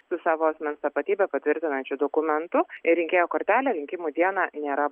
su savo asmens tapatybę patvirtinančiu dokumentu rinkėjo kortelę rinkimų dieną nėra